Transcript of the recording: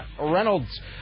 Reynolds